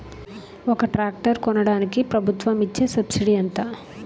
ఒక ట్రాక్టర్ కొనడానికి ప్రభుత్వం ఇచే సబ్సిడీ ఎంత?